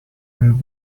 and